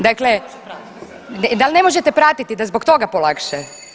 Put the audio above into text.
Dakle, da li ne možete pratiti da zbog toga polakše?